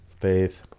Faith